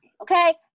Okay